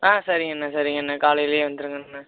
ஆ சரிங்க அண்ணன் சரிங்க அண்ணன் காலையிலேயே வந்துடுங்க அண்ணன்